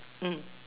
mm